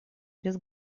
без